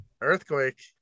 Earthquake